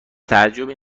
تعجبی